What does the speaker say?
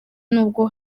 nubwo